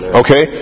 okay